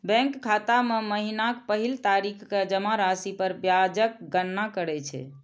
bank खाता मे महीनाक पहिल तारीख कें जमा राशि पर ब्याजक गणना करै छै